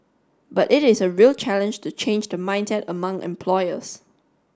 but it is a real challenge to change the mindset among employers